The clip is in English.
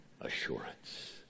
assurance